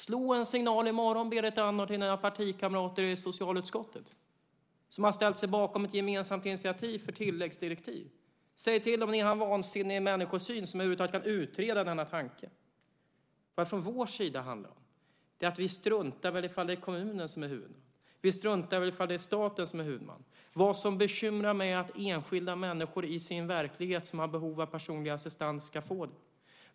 Slå en signal i morgon, Berit Andnor, till dina partikamrater i socialutskottet. De har ställt sig bakom ett gemensamt initiativ för tilläggsdirektiv. Säg till dem: Ni har en vansinnig människosyn som över huvud taget kan utreda denna tanke. Vad det handlar om från vår sida är att vi struntar i ifall det är kommunen som är huvudman. Vi struntar i ifall det är staten som är huvudman. Vad som bekymrar mig är att enskilda människor som i sin verklighet har behov av personlig assistans ska få det.